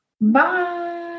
Bye